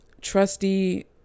trusty